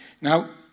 Now